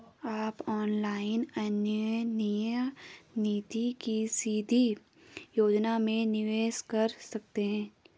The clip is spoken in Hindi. आप ऑनलाइन अन्योन्य निधि की सीधी योजना में निवेश कर सकते हैं